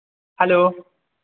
hello